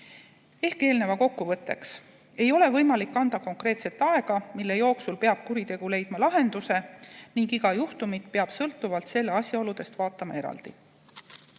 Eelneva kokkuvõtteks ütlen, et ei ole võimalik anda konkreetset aega, mille jooksul peab kuritegu leidma lahenduse, ning iga juhtumit peab sõltuvalt selle asjaoludest vaatama eraldi.